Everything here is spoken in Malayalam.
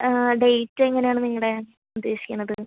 ഡേറ്റ് എങ്ങനെ ആണ് നിങ്ങൾ ഉദ്ദേശിക്കുന്നത്